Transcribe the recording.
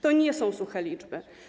To nie są suche liczby.